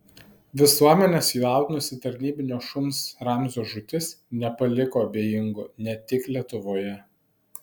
visuomenę sujaudinusi tarnybinio šuns ramzio žūtis nepaliko abejingų ne tik lietuvoje